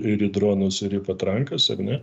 ir į dronus ir į patrankas ar ne